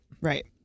Right